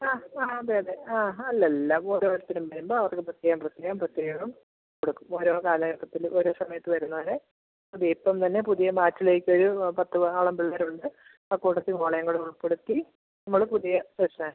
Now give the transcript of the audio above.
ആ ആ അതെ അതെ ആ അല്ലല്ല ഓരോരുത്തരും വരുമ്പോൾ അവർക്ക് പ്രത്യേകം പ്രത്യേകം പ്രത്യേകം കൊടുക്കും ഓരോ കാലഘട്ടത്തിൽ ഓരോ സമയത്ത് വരുന്നവരെ അത് ഇപ്പം തന്നെ പുതിയ ബാച്ചിലേക്കൊരു പത്തോളം പിള്ളേരുണ്ട് ആ കൂട്ടത്തിൽ മോളെകൂടെ ഉൾപ്പെടുത്തി നമ്മൾ പുതിയ സെഷൻ